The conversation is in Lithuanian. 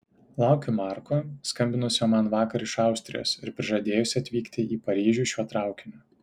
laukiu marko skambinusio man vakar iš austrijos ir prižadėjusio atvykti į paryžių šiuo traukiniu